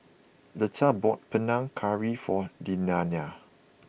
Leta bought Panang Curry for Lilianna